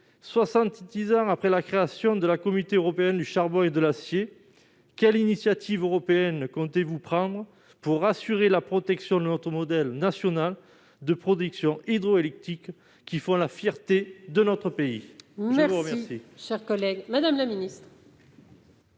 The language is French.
ans après la création de la Communauté européenne du charbon et de l'acier (CECA), quelles initiatives européennes comptez-vous prendre pour assurer la protection de notre modèle national de production hydroélectrique, qui fait la fierté de notre pays ? La parole est à Mme la ministre